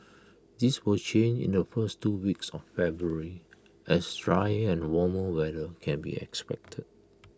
this will change in the first two weeks of February as drier and warmer weather can be expected